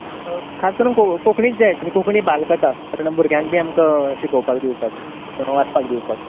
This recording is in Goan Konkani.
खास करून कोंकणीच जाय आशिल्ल्यो कोंकणी बाल कथा म्हणल्यार भुरग्यांक बी आमकां शिकोवपाक दिवपाक वाचपाक दिवपाक